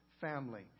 family